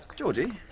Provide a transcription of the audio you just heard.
georgie?